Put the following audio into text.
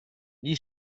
gli